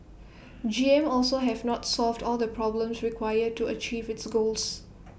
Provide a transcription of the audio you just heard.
G M also have not solved all the problems required to achieve its goals